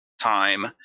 time